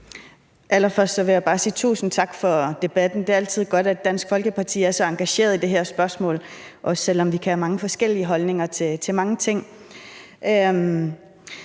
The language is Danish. Allerførst vil jeg bare sige tusind tak for debatten. Det er altid godt, at Dansk Folkeparti er så engageret i det her spørgsmål, også selv om vi kan have mange forskellige holdninger til mange ting.